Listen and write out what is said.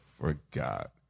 forgot